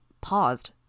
paused